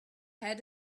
had